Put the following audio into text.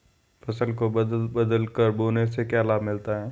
फसल को बदल बदल कर बोने से क्या लाभ मिलता है?